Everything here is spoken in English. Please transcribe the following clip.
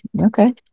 Okay